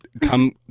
Come